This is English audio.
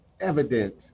evident